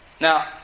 Now